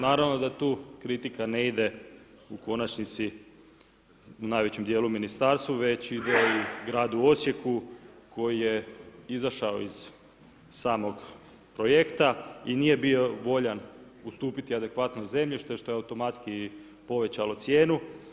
Naravno da tu kritika ne ide u konačnici, u najvećem dijelu ministarstvu već ide i gradu Osijeku koji je izašao iz samog projekta i nije bio voljan ustupiti adekvatno zemljište što je automatski povećalo cijenu.